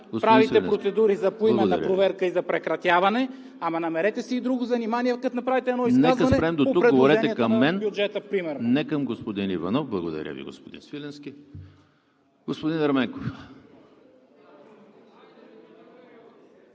правите процедури за поименна проверка и за прекратяване, ама намерете си и друго занимание, като направите едно изказване – предложение на бюджета примерно.